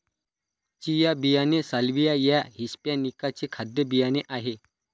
chia बियाणे salvia या hispanica चे खाद्य बियाणे आहे